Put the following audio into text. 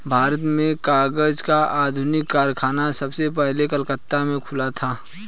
भारत में कागज का आधुनिक कारखाना सबसे पहले कलकत्ता में खुला था